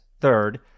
third